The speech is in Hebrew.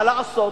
מה לעשות